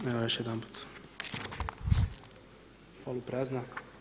Evo još jedanput, poluprazna.